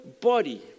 body